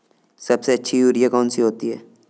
सबसे अच्छी यूरिया कौन सी होती है?